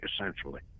essentially